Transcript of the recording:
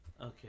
Okay